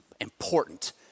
important